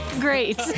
great